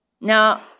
Now